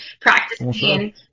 practicing